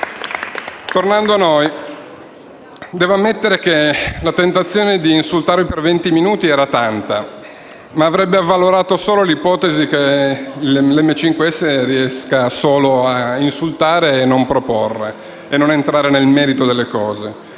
Tornando a noi, devo ammettere che la tentazione di insultarvi per venti minuti era tanta, ma avrebbe avvalorato l'ipotesi che il Movimento 5 Stelle riesca solo a insultare e non a proporre e a entrare nel merito delle cose,